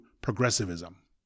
progressivism